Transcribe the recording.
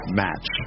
match